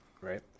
Right